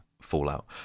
fallout